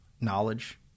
knowledge